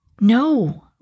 No